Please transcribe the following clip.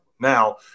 Now